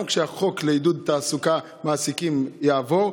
גם כשהחוק לעידוד תעסוקה, מעסיקים, יעבור,